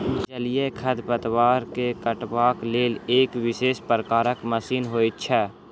जलीय खढ़पतवार के काटबाक लेल एक विशेष प्रकारक मशीन होइत छै